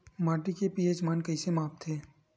माटी के पी.एच मान कइसे मापथे?